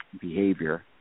behavior